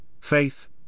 faith